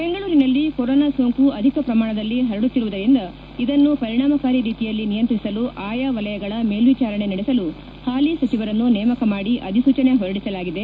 ಬೆಂಗಳೂರಿನಲ್ಲಿ ಕೊರೋನಾ ಸೋಂಕು ಅಧಿಕ ಪ್ರಮಾಣದಲ್ಲಿ ಪರಡುತ್ತಿರುವುದರಿಂದ ಇದನ್ನು ಪರಿಣಾಮಕಾರಿ ರೀತಿಯಲ್ಲಿ ನಿಯಂತ್ರಿಸಲು ಆಯಾ ವಲಯಗಳ ಮೇಲ್ವಿಚಾರಣೆ ನಡೆಸಲು ಹಾಲಿ ಸಚಿವರನ್ನು ನೇಮಕ ಮಾಡಿ ಅಧಿಸೂಚನೆ ಹೊರಡಿಸಲಾಗಿದೆ